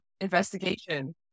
investigation